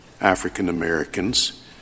African-Americans